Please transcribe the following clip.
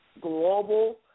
global